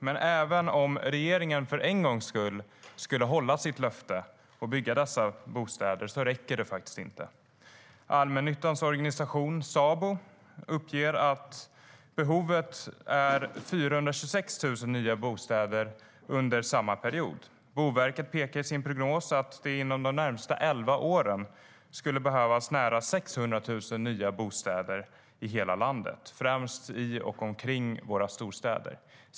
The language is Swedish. Men även om regeringen för en gångs skull skulle hålla sitt löfte och bygga dessa bostäder räcker det faktiskt inte. Allmännyttans organisation Sabo uppger att behovet är 426 000 nya bostäder under samma period, och Boverket pekar i sin prognos på att det inom de närmaste elva åren skulle behövas nära 600 000 nya bostäder i hela landet - främst i och omkring våra storstäder.